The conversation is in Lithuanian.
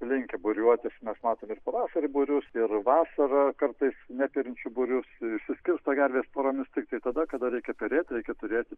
linkę būriuotis mes matom ir pavasarį būrius ir vasarą kartais neperinčių būrius suskirsto gervės poromis tiktai tada kada reikia perėti reikia turėti